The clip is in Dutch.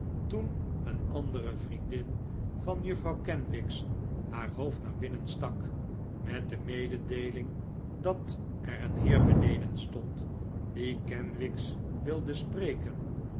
toen een andere vriendin van juffrouw kenwigs haar hoofd naar binnen stak met de mededeeling dat er een heer beneden stond die kenwigs wilde spreken